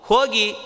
Hogi